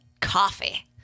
coffee